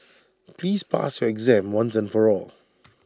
please pass your exam once and for all